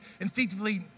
Instinctively